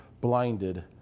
blinded